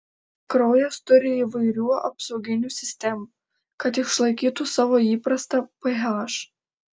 kraujas turi įvairių apsauginių sistemų kad išlaikytų savo įprastą ph